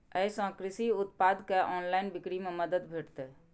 अय सं कृषि उत्पाद के ऑनलाइन बिक्री मे मदति भेटतै